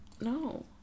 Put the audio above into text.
No